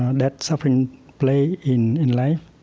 and that suffering play in in life,